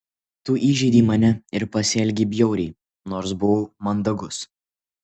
tu įžeidei mane ir pasielgei bjauriai nors buvau mandagus